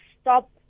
stop